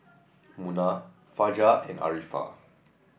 Munah Fajar and Arifa